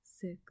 six